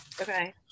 Okay